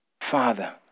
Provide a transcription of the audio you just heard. Father